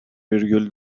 virgül